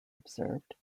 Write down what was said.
observed